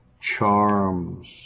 charms